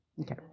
Okay